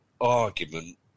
argument